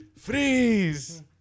Freeze